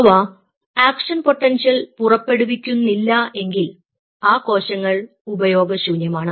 അവ action potential പുറപ്പെടുവിക്കുന്നില്ല എങ്കിൽ ആ കോശങ്ങൾ ഉപയോഗശൂന്യമാണ്